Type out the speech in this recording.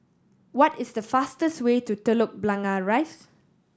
what is the fastest way to Telok Blangah Rise